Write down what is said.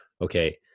okay